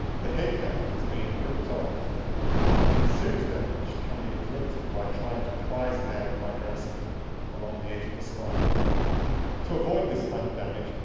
the headcap is being ripped off and serious damage can be inflicted by trying to prise it out by grasping along the edge of the spine to avoid this kind of damage,